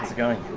going?